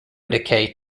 decay